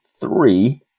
three